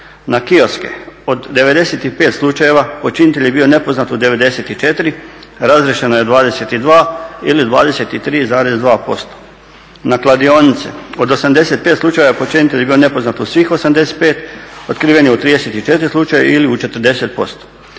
Na kioske, od 95 slučajeva počinitelj je bio nepoznat u 94, razriješeno je 22 ili 23,3,%. Na kladionice, od 85 slučajeva počinitelj je bio nepoznat u svih 85, otkriven je u 34 slučaja ili u 40%.